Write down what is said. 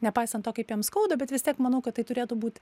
nepaisant to kaip jam skauda bet vis tiek manau kad tai turėtų būti